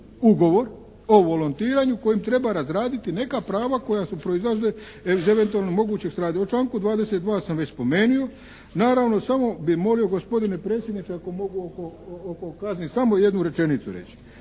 ugovor o volontiranju kojim treba razraditi neka prava koja su proizlazila iz eventualno moguće … /Govornik se ne razumije./ … U članku 22. sam već spomenuo naravno samo bih molio gospodine predsjedniče ako mogu oko, oko kazni samo jednu rečenicu reći.